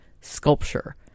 sculpture